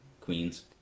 Queens